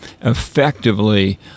effectively